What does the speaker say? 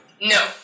No